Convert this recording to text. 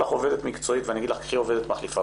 עובדת מקצועות ואני אגיד לך לקחת עובדת מחליפה,